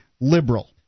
liberal